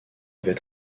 avait